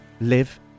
live